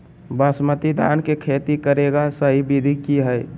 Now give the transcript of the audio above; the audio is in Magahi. बासमती धान के खेती करेगा सही विधि की हय?